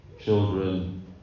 children